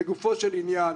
לגופו של עניין,